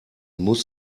muss